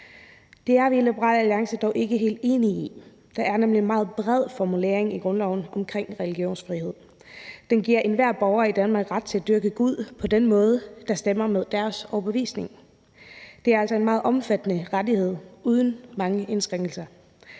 Det er vi i Liberal Alliance dog ikke helt enige i. Der er nemlig en meget bred formulering i grundloven om religionsfrihed. Den giver enhver borger i Danmark ret til at dyrke Gud på den måde, der stemmer med deres overbevisning. Det er altså en meget omfattende rettighed uden mange indskrænkninger.